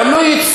אבל לו יצויר,